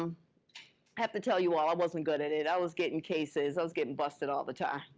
um have to tell you all, i wasn't good at it. i was getting cases, i was getting busted all the time.